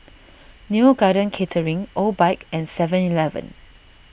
Neo Garden Catering Obike and Seven Eleven